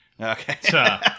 Okay